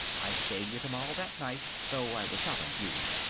i stayed with him all that night, though i was not on duty.